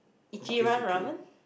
ichiran-ramen